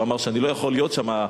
והוא אמר שאני לא יכול להיות שם.